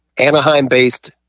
Anaheim-based